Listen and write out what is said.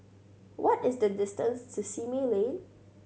what is the distance to Simei Lane